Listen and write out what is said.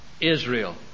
Israel